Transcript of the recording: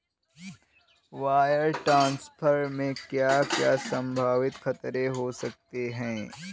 Wire transfer में क्या क्या संभावित खतरे हो सकते हैं?